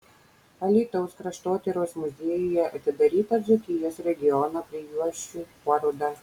alytaus kraštotyros muziejuje atidaryta dzūkijos regiono prijuosčių paroda